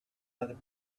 other